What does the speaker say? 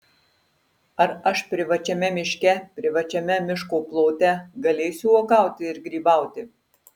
ar aš privačiame miške privačiame miško plote galėsiu uogauti ir grybauti